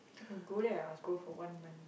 if you go there ah must go for one month